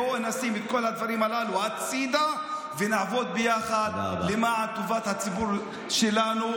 בואו נשים את כל הדברים הללו הצידה ונעבוד ביחד למען טובת הציבור שלנו.